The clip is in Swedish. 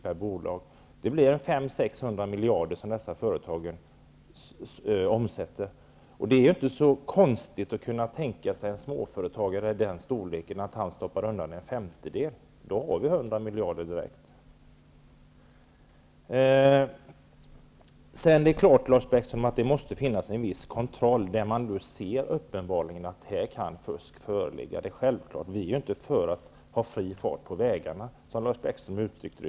Det blir fråga om 500--600 miljarder i omsättning i dessa företag. Det är inte så konstigt att en småföretagare av den storleken stoppar undan en femtedel. Då har vi direkt de 100 miljarderna. Det är klart, Lars Bäckström, att det måste finnas en viss kontroll där det uppenbarligen syns att fusk kan föreligga. Vi är självfallet inte för att det skall vara fri fart på vägarna, som Lars Bäckström uttryckte det.